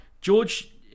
George